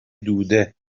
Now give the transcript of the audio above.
دوده